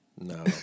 No